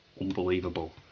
unbelievable